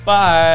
Bye